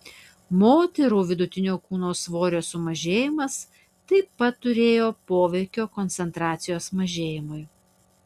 moterų vidutinio kūno svorio sumažėjimas taip pat turėjo poveikio koncentracijos mažėjimui